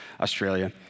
Australia